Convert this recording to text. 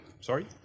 sorry